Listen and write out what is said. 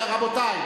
רבותי,